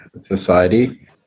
society